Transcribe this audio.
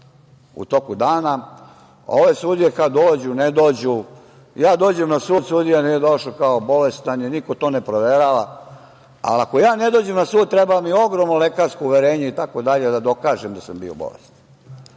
u toku dana, a ove sudije kad dođu, ne dođu. Kada dođem na sud, sudija nije došao, kao bolestan je, niko to ne proverava, a ja ako ne dođem na sud treba mi ogromno lekarsko uverenje itd. da dokažem da sam bio bolestan.